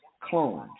clones